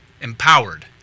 empowered